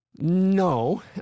No